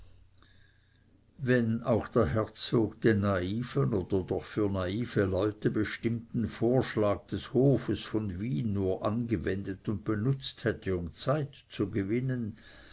wenn auch der herzog den naiven oder doch für naive leute bestimmten vorschlag des hofes von wien nur angewendet und benützt hätte um zeit zu gewinnen